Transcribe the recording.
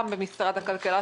גם במשרד הכלכלה,